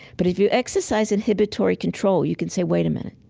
but if you exercise inhibitory control, you can say, wait a minute.